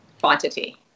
quantity